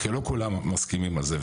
כי לא כולם מסכימים על זה,